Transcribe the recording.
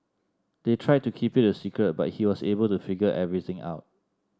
they tried to keep it a secret but he was able to figure everything out